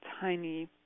tiny